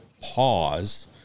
pause